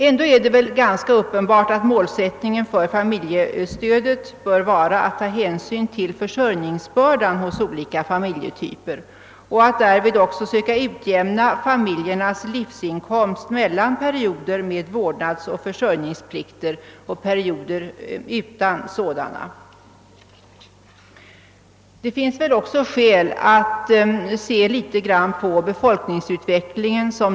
Ändå är det ganska uppenbart att mål sättningen för familjestödet bör vara att ta hänsyn till försörjningsbördan hos olika familjetyper och att därvid också försöka utjämna familjernas livsinkomst mellan perioder med vårdnadsoch försörjningsplikter och perioder utan sådana. Det finns skäl att se något på befolkningsutvecklingen.